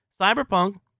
Cyberpunk